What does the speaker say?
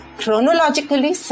chronologically